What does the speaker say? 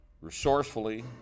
resourcefully